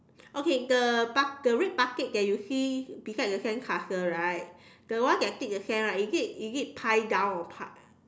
okay the buck~ the red bucket that you see beside the sandcastle right the one that dig the sand right is it is it pile down or pile